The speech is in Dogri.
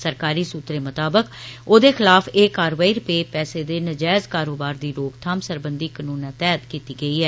सरकारी सूत्तरें मताबक ओदे खलाफ एह् कारवाई रपे पैसे दे नजैज कारोबार दी रोकथाम सरबंधी कानून तैह्त कीती गेई ऐ